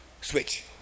switch